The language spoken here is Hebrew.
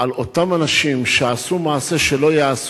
על אותם אנשים שעשו מעשה שלא ייעשה